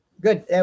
good